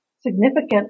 significant